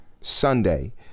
Sunday